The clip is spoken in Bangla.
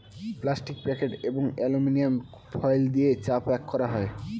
প্লাস্টিক প্যাকেট এবং অ্যালুমিনিয়াম ফয়েল দিয়ে চা প্যাক করা হয়